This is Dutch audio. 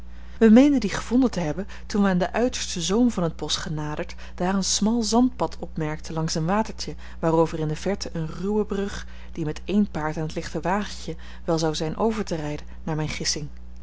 wij meenden dien gevonden te hebben toen wij aan den uitersten zoom van het bosch genaderd daar een smal zandpad opmerkten langs een watertje waarover in de verte een ruwe brug die met één paard en t lichte wagentje wel zou zijn over te rijden naar mijne